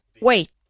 Wait